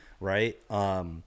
Right